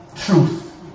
Truth